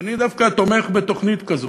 ואני תומך בתוכנית כזאת,